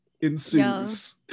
ensues